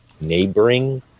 neighboring